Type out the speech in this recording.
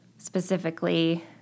Specifically